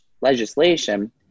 legislation